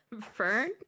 Fern